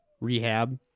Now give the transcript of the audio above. rehab